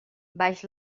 baix